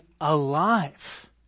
alive